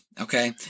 okay